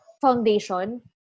foundation